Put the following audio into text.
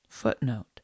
footnote